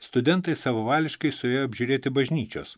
studentai savavališkai suėjo apžiūrėti bažnyčios